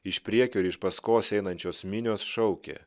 iš priekio ir iš paskos einančios minios šaukė